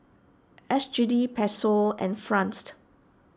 S G D Peso and Franced